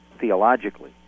theologically